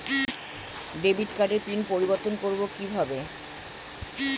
Debit কার্ডের PIN পরিবর্তন করবো কীভাবে?